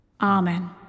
Amen